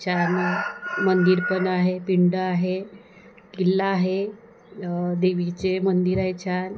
छान मंदिर पण आहे पिंड आहे किल्ला आहे देवीचे मंदिर आहे छान